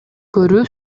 көрүү